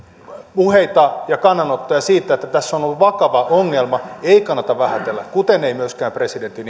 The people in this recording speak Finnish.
puheita ja kannanottoja siitä että tässä on ollut vakava ongelma ei kannata vähätellä kuten ei myöskään presidentti